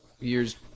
years